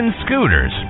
Scooters